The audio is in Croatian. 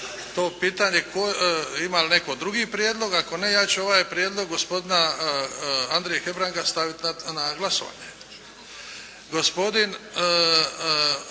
to pitanje ima li netko drugi prijedlog. Ako ne, ja ću ovaj prijedlog gospodina Andrije Hebranga staviti na glasovanje.